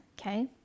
Okay